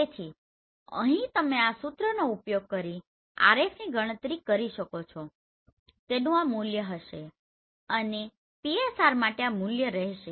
તેથી અહીં તમે આ સૂત્રનો ઉપયોગ કરીને RFની ગણતરી કરી શકો છો તેનું આ મૂલ્ય હશે અને PSR માટે આ મૂલ્ય રહેશે